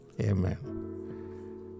Amen